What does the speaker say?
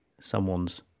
someone's